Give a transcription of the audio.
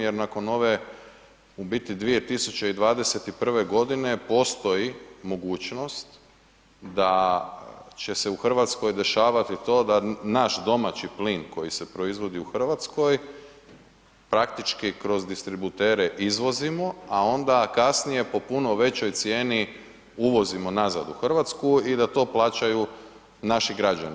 Jer nakon ove u biti 2021. godine postoji mogućnost da će se u Hrvatskoj dešavati to da naš domaći plin koji se proizvodi u Hrvatskoj praktički kroz distributere izvozimo, a onda kasnije po puno većoj cijeni uvozimo nazad u Hrvatsku i da to plaćaju naši građani.